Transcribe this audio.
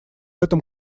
этом